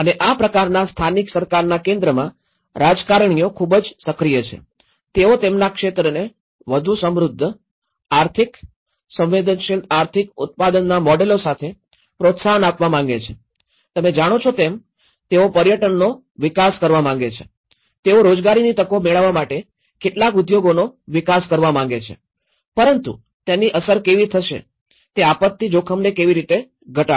અને આ પ્રકારના સ્થાનિક સરકારના કેન્દ્રમાં રાજકારણીઓ ખૂબ જ સક્રિય છે તેઓ તેમના ક્ષેત્રને વધુ સમૃદ્ધ આર્થિક સંવેદનશીલ આર્થિક ઉત્પાદનના મોડેલો સાથે પ્રોત્સાહન આપવા માગે છે તમે જાણો છો તેમ તેઓ પર્યટનનો વિકાસ કરવા માગે છે તેઓ રોજગારની તકો મેળવવા માટે કેટલાક ઉદ્યોગોનો વિકાસ કરવા માગે છે પરંતુ તેની અસર કેવી થશે તે આપત્તિ જોખમને કેવી રીતે ઘટાડશે